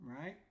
right